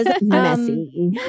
messy